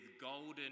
golden